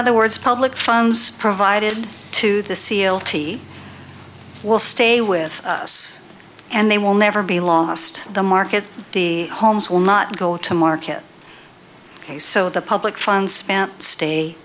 other words public funds provided to the seal team will stay with us and they will never be lost the market the homes will not go to market ok so the public funds stay